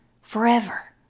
forever